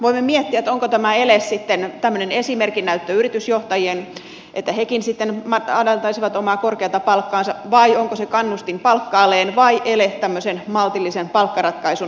voimme miettiä onko tämä ele sitten tämmöinen esimerkin näyttö yritysjohtajille että hekin sitten madaltaisivat omaa korkeata palkkaansa vai onko se kannustin palkka aleen vai ele tämmöisen maltillisen palkkaratkaisun synnyttämiseen